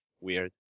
Weird